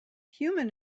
human